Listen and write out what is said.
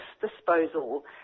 disposal